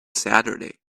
saturday